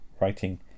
writing